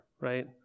right